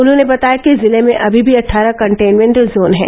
उन्होंने बताया कि जिले में अभी भी अट्ठारह कन्टेनमेंट जोन हैं